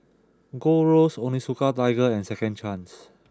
Gold Roast Onitsuka Tiger and Second Chance